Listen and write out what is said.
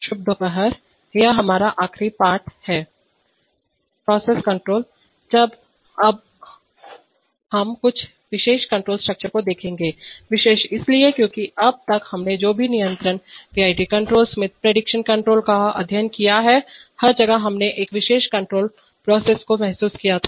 शुभ दोपहर यह हमारा आखिरी पाठ है on प्रोसेस कंट्रोल प्रक्रिया नियंत्रण आज हम कुछ विशेष कंट्रोल स्ट्रक्चर को देखेंगे विशेष इसलिए क्योंकि अब तक हमने जो भी नियंत्रण PID control Smith prediction control का अध्ययन किया है हर जगह हमने एक विशेष कंट्रोल प्रोसेस को महसूस किया था